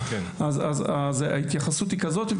אז ההתייחסות היא כזאת.